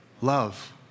love